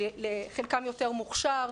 חלקם יותר מוכשר,